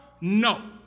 no